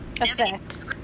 effect